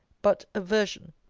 but aversion.